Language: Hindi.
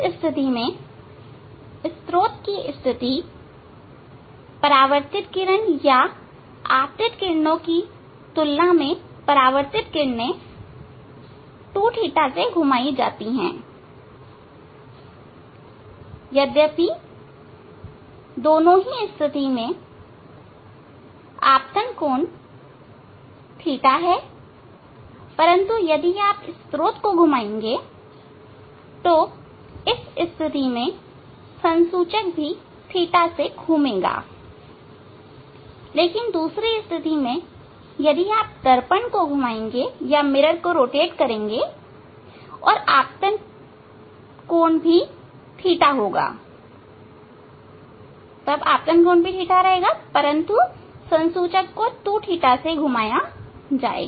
इस स्थिति से स्त्रोत की स्थिति से परावर्तित किरण या आपतित किरणों की तुलना में परावर्तित किरणें 2ɵ से घुमाई जाती हैं यद्यपि दोनों ही स्थिति में आपतन कोण ɵ है परंतु यदि आप स्त्रोत को घुमाएंगे तो इस स्थिति में संसूचक भी थीटा से घूमेगा लेकिन दूसरी स्थिति में यदि आप दर्पण को घुमाएंगे और आपतन कोण भी ɵ होगा परंतु संसूचक को 2ɵ से घुमाया जाएगा